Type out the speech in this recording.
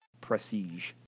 Prestige